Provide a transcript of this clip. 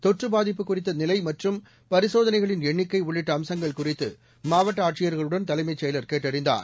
தொற்று பாதிப்பு குறித்த நிலை மற்றும் பரிசோதனைகளின் எண்ணிக்கை உள்ளிட்ட அம்சங்கள் குறித்து மாவட்ட ஆட்சியர்களுடன் தலைமைச் செயலாளர் கேட்டறிந்தார்